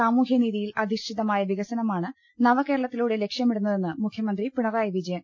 സാമൂഹ്യനീതിയിൽ അധിഷ്ഠിതമായ വികസനമാണ് നവകേ രളത്തിലൂടെ ലക്ഷ്യമിടുന്നതെന്ന് മുഖ്യമന്ത്രി പിണറായി വിജ യൻ